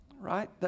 right